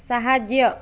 ସାହାଯ୍ୟ